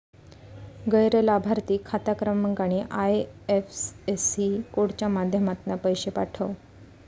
गैर लाभार्थिक खाता क्रमांक आणि आय.एफ.एस.सी कोडच्या माध्यमातना पैशे पाठव